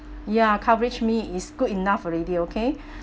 ya coverage me is good enough already okay